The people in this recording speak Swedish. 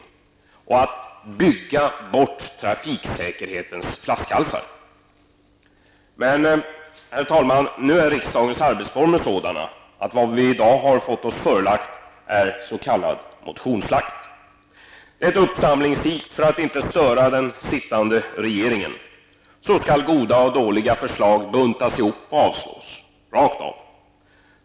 Dessutom måste trafiksäkerhetens flaskhalsar så att säga byggas bort. Men, herr talman, riksdagens arbetsformer är sådana att vad vi i dag har fått oss förelagt är en s.k. motionsslakt -- ett ''uppsamlings-heat'' för att inte störa den sittande regeringen. Så skall goda och dåliga förslag buntas ihop och avslås -- rakt av.